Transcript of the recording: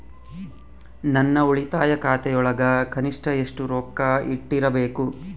ನನ್ನ ಉಳಿತಾಯ ಖಾತೆಯೊಳಗ ಕನಿಷ್ಟ ಎಷ್ಟು ರೊಕ್ಕ ಇಟ್ಟಿರಬೇಕು?